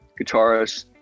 guitarist